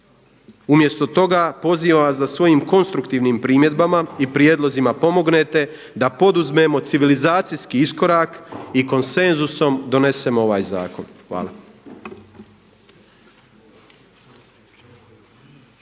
Umjesto toga pozivam vas da svojim konstruktivnim primjedbama i prijedlozima pomognete da poduzmemo civilizacijski iskorak i konsenzusom donesemo ovaj zakon. Hvala.